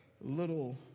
little